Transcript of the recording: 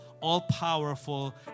all-powerful